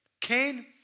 Cain